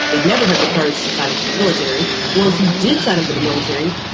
they'd never have the courage to sign up for the military ones who did sign up for the military.